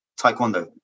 taekwondo